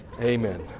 Amen